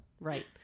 right